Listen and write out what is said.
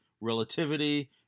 relativity